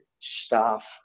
staff